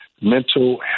mental